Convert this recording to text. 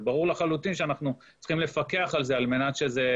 זה ברור לחלוטין שאנחנו צריכים לפקח על זה על מנת שזה